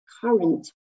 current